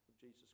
Jesus